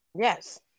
Yes